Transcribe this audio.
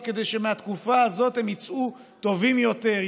כדי שמהתקופה הזאת הם יצאו טובים יותר,